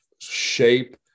shape